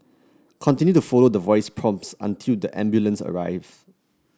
continue to follow the voice prompts until the ambulance arrive